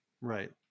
Right